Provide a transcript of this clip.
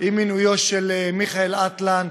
בבקשה, אדוני.